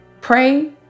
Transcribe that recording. pray